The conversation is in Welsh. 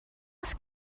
oes